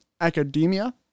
Academia